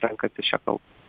renkantis šią kalbą